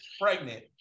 pregnant